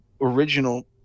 original